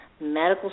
medical